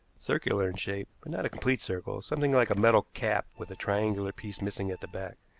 circular in shape, but not a complete circle something like a metal cap with a triangular piece missing at the back.